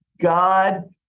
God